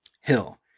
Hill